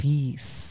Peace